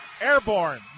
Airborne